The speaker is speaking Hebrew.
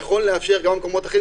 נכון לאפשר גם במקומות אחרים.